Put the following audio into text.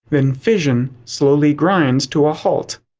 then fission slowly grinds to a halt.